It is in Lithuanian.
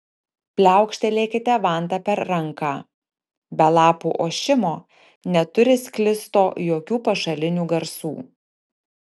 pliaukštelėkite vanta per ranką be lapų ošimo neturi sklisto jokių pašalinių garsų